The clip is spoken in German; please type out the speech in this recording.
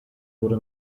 wurde